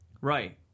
Right